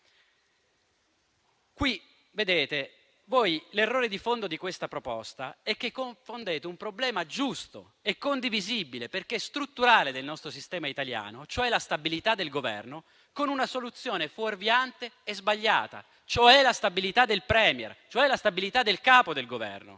frammentazione. L'errore di fondo di questa proposta è che confondete un problema giusto e condivisibile perché strutturale del nostro sistema italiano, cioè la stabilità del Governo, con una soluzione fuorviante e sbagliata, cioè la stabilità del *Premier*, la stabilità del Capo del Governo.